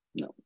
No